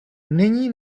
nyní